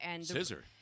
Scissor